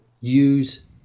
use